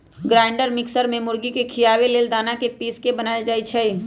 grinder mixer में मुर्गी के खियाबे लेल दना के पिस के बनाएल जाइ छइ